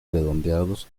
redondeados